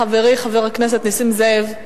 חברי חבר הכנסת נסים זאב,